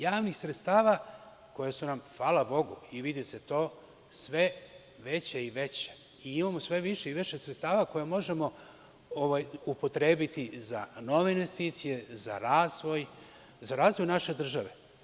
Javnih sredstava koja su nam, hvala Bogu, i vidi se to, sve veća i veća i imamo sve više i više sredstava koje možemo upotrebiti za nove investicije, za razvoj, za razvoj naše države.